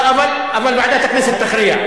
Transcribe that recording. אבל ועדת הכנסת תכריע.